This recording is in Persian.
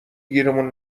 گیرمون